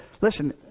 listen